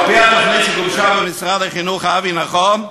על-פי התוכנית שגובשה במשרד החינוך, אבי, נכון?